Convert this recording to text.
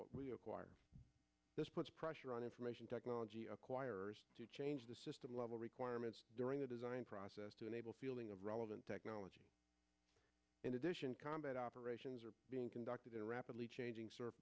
acquired this puts pressure on information technology acquires change the system level requirements during the design process to enable feeling of relevant technology in addition combat operations are being conducted in a rapidly changing s